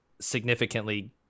significantly